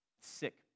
Sick